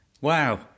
Wow